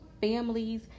families